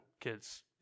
kids